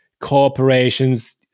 corporations